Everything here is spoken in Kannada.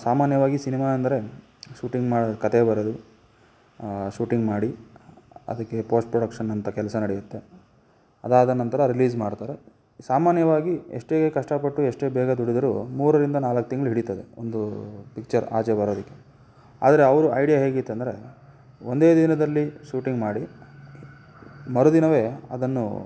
ಸಾಮಾನ್ಯವಾಗಿ ಸಿನಿಮಾ ಅಂದರೆ ಶೂಟಿಂಗ್ ಮಾಡೋದು ಕಥೆ ಬರೆದು ಶೂಟಿಂಗ್ ಮಾಡಿ ಅದಕ್ಕೆ ಪೋಸ್ಟ್ಪ್ರೊಡಕ್ಷನ್ ಅಂತ ಕೆಲಸ ನಡೆಯುತ್ತೆ ಅದಾದ ನಂತರ ರಿಲೀಸ್ ಮಾಡ್ತಾರೆ ಸಾಮಾನ್ಯವಾಗಿ ಎಷ್ಟೇ ಕಷ್ಟಪಟ್ಟರು ಎಷ್ಟೇ ಬೇಗ ದುಡಿದರೂ ಮೂರರಿಂದ ನಾಲ್ಕು ತಿಂಗ್ಳು ಹಿಡಿತದೆ ಒಂದು ಪಿಕ್ಚರ್ ಆಚೆ ಬರೋದಕ್ಕೆ ಆದರೆ ಅವರು ಐಡ್ಯಾ ಹೇಗಿತ್ತಂದರೆ ಒಂದೇ ದಿನದಲ್ಲಿ ಶೂಟಿಂಗ್ ಮಾಡಿ ಮರುದಿನವೇ ಅದನ್ನು